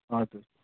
हजुर